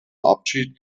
abschied